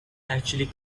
actually